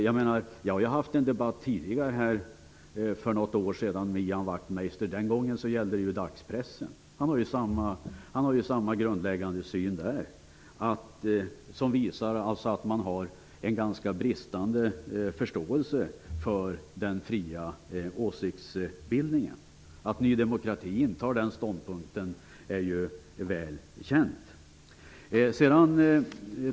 Jag har fört debatt med Ian Wachtmeister här tidigare. Den gången gällde det dagspressen. Han har ju samma grundläggande syn där. Det visar att han har en ganska bristande förståelse för den fria åsiktsbildningen. Att Ny demokrati intar den ståndpunkten är väl känt.